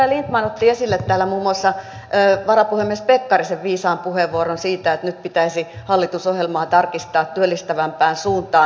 edustaja lindtman otti esille täällä muun muassa varapuhemies pekkarisen viisaan puheenvuoron siitä että nyt pitäisi hallitusohjelmaa tarkistaa työllistävämpään suuntaan